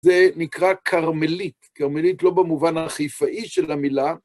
זה נקרא כרמלית, כרמלית לא במובן החיפאי של המילה.